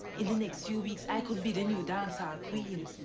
in the next few weeks i could be the new dancehall queen.